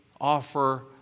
offer